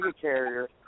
carrier